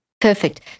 perfect